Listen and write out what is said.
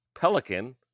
pelican